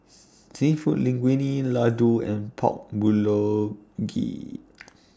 Seafood Linguine Ladoo and Pork Bulgogi